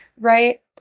Right